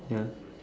ya